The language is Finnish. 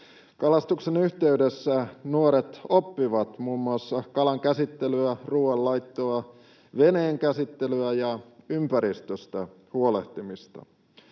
Kalastuksen yhteydessä nuoret oppivat muun muassa kalankäsittelyä, ruoanlaittoa, veneen käsittelyä ja ympäristöstä huolehtimista.